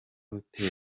hotel